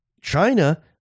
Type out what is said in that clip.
China